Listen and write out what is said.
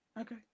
Okay